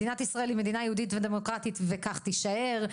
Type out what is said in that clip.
מדינת ישראל היא מדינה יהודית ודמוקרטית וכך תישאר.